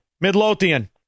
Midlothian